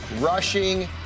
rushing